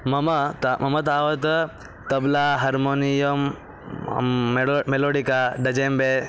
मम ता मम तावत् तब्ला हर्माोनियं मेलो मेलोडिका डजेम्बे